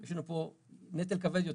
יש לנו פה נטל כבד יותר.